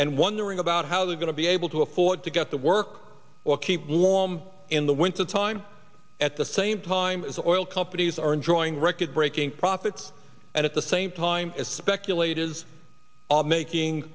and wondering about how they're going to be able to afford to get to work or keep warm in the wintertime at the same time is a loyal companies are enjoying record breaking profits and at the same time as speculators are making